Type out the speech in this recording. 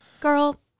Girl